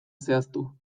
zehaztu